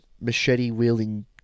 machete-wielding